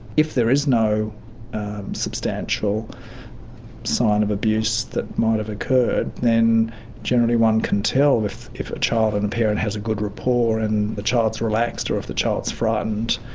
if there is no substantial sign of abuse that might have occurred, then generally one can tell if if a child and a parent has a good rapport, and the child's relaxed or if the child's frightened,